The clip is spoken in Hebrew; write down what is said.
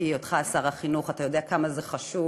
כי בהיותך שר החינוך אתה יודע כמה זה חשוב,